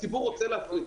הציבור רוצה להפריד,